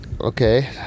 okay